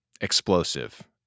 explosive